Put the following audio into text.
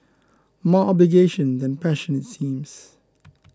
more obligation than passion seems